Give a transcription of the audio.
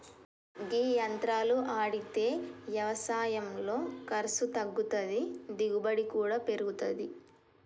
గీ యంత్రాలు ఆడితే యవసాయంలో ఖర్సు తగ్గుతాది, దిగుబడి కూడా పెరుగుతాది